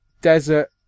desert